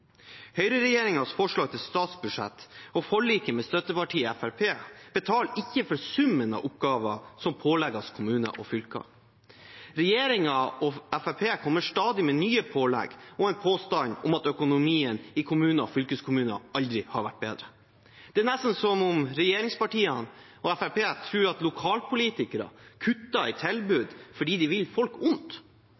forslag til statsbudsjett og forliket med støttepartiet Fremskrittspartiet betaler ikke for summen av oppgaver som pålegges kommuner og fylker. Regjeringen og Fremskrittspartiet kommer stadig med nye pålegg og en påstand om at økonomien i kommuner og fylkeskommuner aldri har vært bedre. Det er nesten som om regjeringspartiene og Fremskrittspartiet tror at lokalpolitikere kutter i